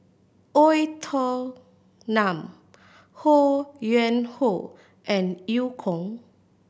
Oei Tiong Ho Yuen Hoe and Eu Kong